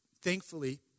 Thankfully